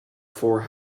four